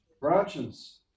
branches